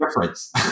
difference